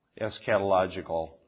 Eschatological